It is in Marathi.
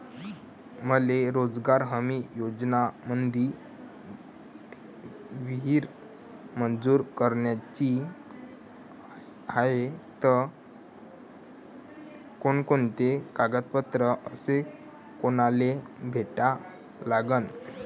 मले रोजगार हमी योजनेमंदी विहीर मंजूर कराची हाये त कोनकोनते कागदपत्र अस कोनाले भेटा लागन?